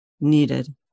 needed